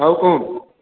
ଆଉ କହୁନ୍